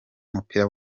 w’umupira